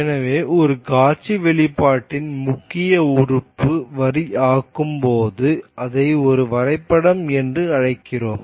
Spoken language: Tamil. எனவே ஒரு காட்சி வெளிப்பாட்டின் முக்கிய உறுப்பு வரி ஆகும்போது அதை ஒரு வரைபடம் என்று அழைக்கிறோம்